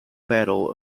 battle